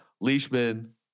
Leishman